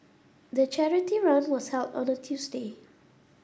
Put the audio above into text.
the charity run was held on a Tuesday